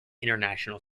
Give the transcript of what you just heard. international